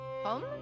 Home